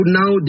now